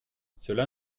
cela